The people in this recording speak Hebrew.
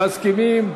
מסכימים?